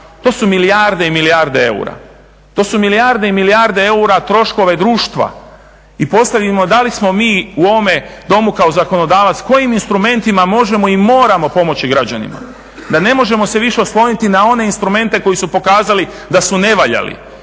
To su milijarde i milijarde eura, to su milijarde i milijarde eura troškova društva. I postavimo da li smo mi u ovome domu kao zakonodavac, kojim instrumentima možemo i moramo pomoći građanima? Da ne možemo se više osloniti na one instrumente koji su pokazali da su nevaljali.